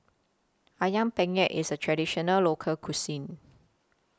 Ayam Penyet IS A Traditional Local Cuisine